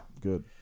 Good